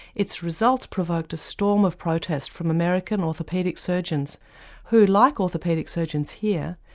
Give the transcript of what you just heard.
its results provoked a storm of protest from american orthopaedic surgeons who, like orthopaedic surgeons here,